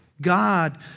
God